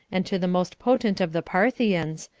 and to the most potent of the parthians,